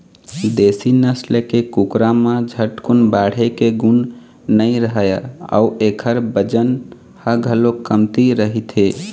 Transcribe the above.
देशी नसल के कुकरा म झटकुन बाढ़े के गुन नइ रहय अउ एखर बजन ह घलोक कमती रहिथे